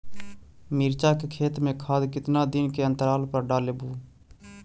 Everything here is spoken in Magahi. मिरचा के खेत मे खाद कितना दीन के अनतराल पर डालेबु?